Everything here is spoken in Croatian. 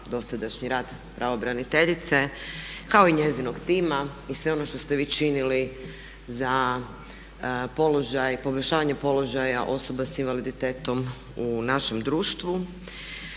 dosadašnji rad pravobraniteljice kao i njezinog tima i sve ono što ste vi činili za poboljšavanje položaja osoba s invaliditetom u našem društvu.